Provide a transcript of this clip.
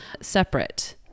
separate